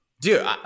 Dude